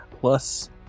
plus